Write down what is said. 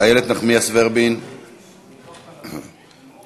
תבדוק עוד פעם את הנתונים,